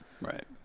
Right